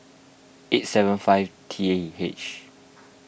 eight seven five T H